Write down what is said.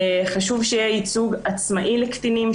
חשוב שיהיה ייצוג עצמאי לקטינים,